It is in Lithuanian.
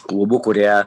klubų kurie